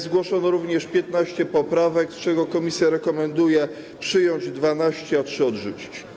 Zgłoszono również 15 poprawek, z czego komisja rekomenduje przyjąć 12, a trzy odrzucić.